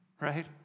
Right